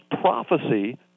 prophecy